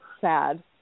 sad